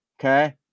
Okay